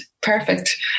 perfect